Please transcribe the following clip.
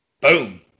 Boom